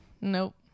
Nope